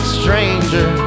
stranger